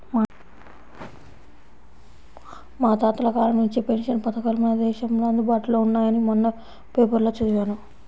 మన తాతల కాలం నుంచే పెన్షన్ పథకాలు మన దేశంలో అందుబాటులో ఉన్నాయని మొన్న పేపర్లో చదివాను